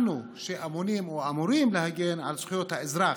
אנחנו, שאמונים או אמורים להגן על זכויות האזרח,